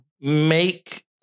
make